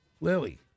Lily